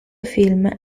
film